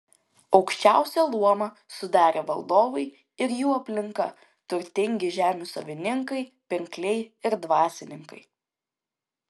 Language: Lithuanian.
aukščiausią luomą sudarė valdovai ir jų aplinka turtingi žemių savininkai pirkliai ir dvasininkai